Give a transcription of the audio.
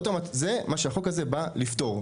זה מה שהחוק הזה בא לפתור.